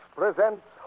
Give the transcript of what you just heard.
presents